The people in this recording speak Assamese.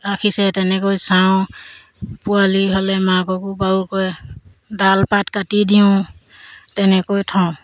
ৰাখিছে তেনেকৈ চাওঁ পোৱালি হ'লে মাককো বাৰুকৈ ডাল পাত কাটি দিওঁ তেনেকৈ থওঁ